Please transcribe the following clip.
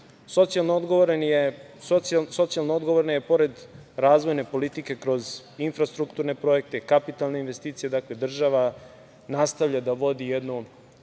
Socijalno odgovoran je pored razvojne politike kroz infrastrukturne projekte, kapitalne investicije. Dakle, država nastavlja da vodi jednu